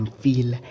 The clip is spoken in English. feel